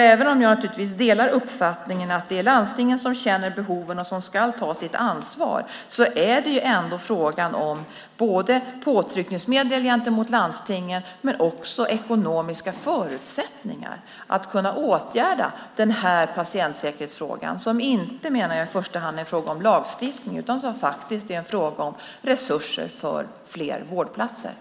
Även om jag naturligtvis delar uppfattningen att det är landstingen som känner till behoven och ska ta sitt ansvar är det ändå fråga om både påtryckningsmedel gentemot landstingen och ekonomiska förutsättningar för att kunna åtgärda den här patientsäkerhetsfrågan, som jag menar inte i första hand är en fråga om lagstiftning utan om resurser för att få fler vårdplatser.